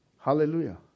Hallelujah